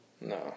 No